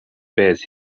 bears